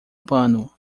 pano